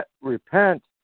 Repent